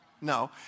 No